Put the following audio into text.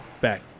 back